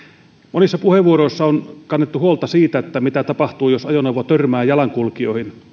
monissa puheenvuoroissa on kannettu huolta siitä mitä tapahtuu jos ajoneuvo törmää jalankulkijoihin